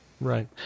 Right